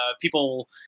people